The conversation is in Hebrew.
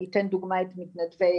אני אתן דוגמה את מתנדבי